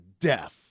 death